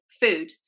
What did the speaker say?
food